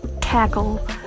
tackle